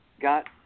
got